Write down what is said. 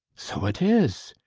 so it is!